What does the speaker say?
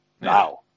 now